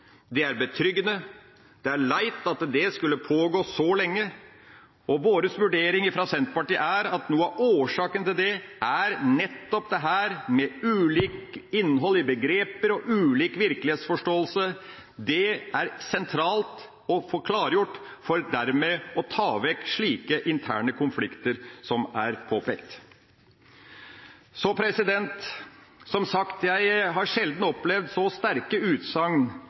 Det er betryggende. Det er leit at det skulle pågå så lenge. Vår vurdering fra Senterpartiet er at noe av årsaken til det nettopp er ulikt innhold i begreper og ulik virkelighetsforståelse. Det er sentralt å få klargjort, for dermed å ta vekk slike interne konflikter som er påpekt. Jeg har sjelden opplevd så sterke utsagn